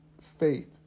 faith